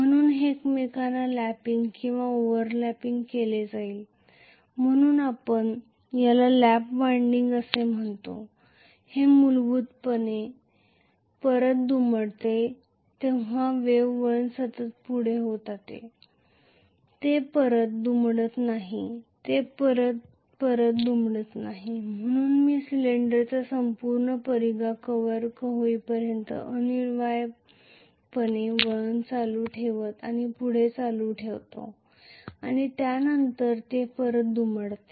म्हणून हे एकमेकांना लॅपिंग किंवा ओव्हरलॅपिंग केले जाईल म्हणून आपण याला लॅप वाइंडिंग म्हणून म्हणतो हे मूलभूतपणे परत दुमडते जेथे वेव्ह वळण सतत पुढे होते ते परत दुमडत नाही ते परत परत दुमडत नाही म्हणून मी सिलिंडरचा संपूर्ण परिघ कव्हर होईपर्यंत अनिवार्यपणे वळण करंट ठेवतो आणि पुढे करंट ठेवतो आणि त्यानंतरच ते परत दुमडेल